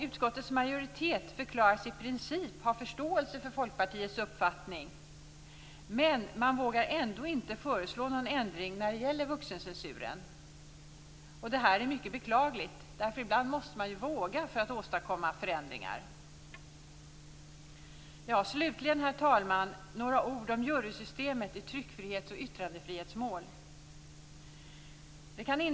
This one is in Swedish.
Utskottets majoritet förklarar sig i princip ha förståelse för Folkpartiets uppfattning, men man vågar ändå inte föreslå någon ändring när det gäller vuxencensuren. Det är mycket beklagligt. Ibland måste man ju våga för att åstadkomma förändringar. Herr talman! Slutligen några ord om jurysystemet i tryck och yttrandefrihetsmål.